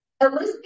Elizabeth